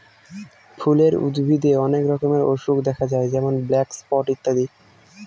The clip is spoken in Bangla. ফুলের উদ্ভিদে অনেক রকমের অসুখ দেখা যায় যেমন ব্ল্যাক স্পট ইত্যাদি